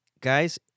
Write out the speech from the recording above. guys